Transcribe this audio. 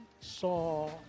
saw